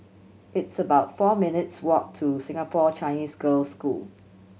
it's about four minutes walk to Singapore Chinese Girls' School